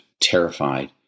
terrified